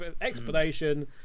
Explanation